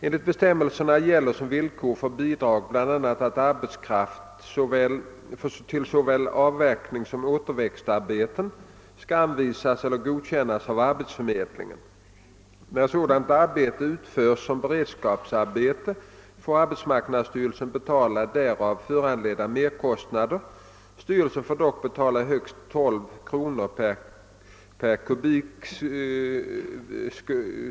Enligt bestämmelserna gäller som villkor för bidrag bl.a. att arbetskraft till såväl avverkningssom återväxtarbeten skall anvisas eller godkännas av arbetsförmedlingen. När sådana arbeten utförs som beredskapsarbeten får arbetsmarknadsstyrelsen betala därav föranledda merkostnader. Styrelsen får dock betala högst 12 kr. per m?